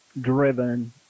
driven